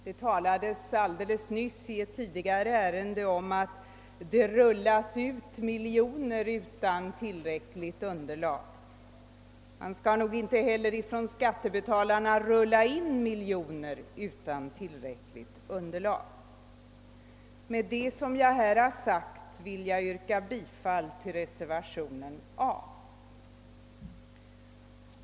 Det talades alldeles nyss i ett tidigare ärende om att det rullas ut miljoner från staten utan tillräckligt underlag — man bör inte heller rulla in miljoner från skattebetalarna utan tillräckligt underlag. Med det som jag här har sagt vill jag yrka bifall till reservationen under A.